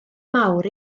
mawr